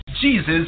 Jesus